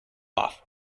off